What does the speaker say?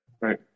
Right